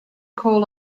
call